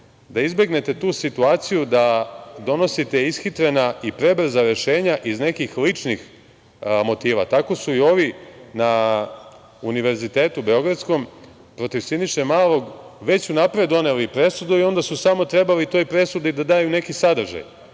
da izbegnete tu situaciju da donosite ishitrena i prebrza rešenja iz nekih ličnih motiva. Tako su i ovi na Univerzitetu beogradskom protiv Siniše Malog već unapred doneli presudu i onda su samo trebali toj presudi da daju neki sadržaj